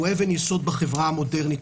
הוא אבן יסוד בחברה המודרנית.